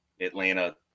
Atlanta